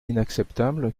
inacceptable